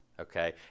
okay